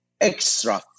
extra